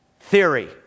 Theory